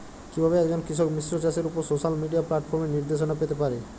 কিভাবে একজন কৃষক মিশ্র চাষের উপর সোশ্যাল মিডিয়া প্ল্যাটফর্মে নির্দেশনা পেতে পারে?